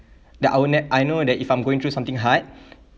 that I will ne~ that I know that if I'm going through something hard